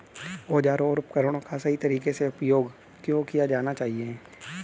औजारों और उपकरणों का सही तरीके से उपयोग क्यों किया जाना चाहिए?